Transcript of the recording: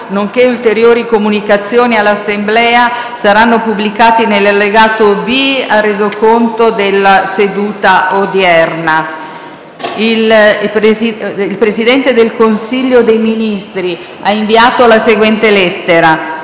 il Presidente del Consiglio dei ministri ha inviato la seguente lettera: